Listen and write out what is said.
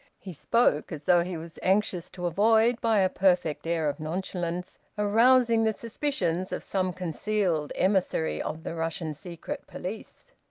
he spoke as though he was anxious to avoid, by a perfect air of nonchalance, arousing the suspicions of some concealed emissary of the russian secret police.